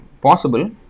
possible